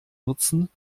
nutzen